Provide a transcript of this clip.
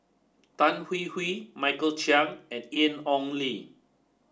Tan Hwee Hwee Michael Chiang and Lin Ong Li